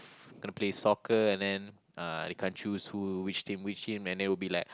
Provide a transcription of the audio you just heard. gonna play soccer and then uh they can't choose who which team which team and then will be like